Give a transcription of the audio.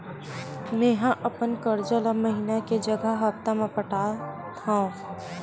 मेंहा अपन कर्जा ला महीना के जगह हप्ता मा पटात हव